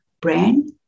brand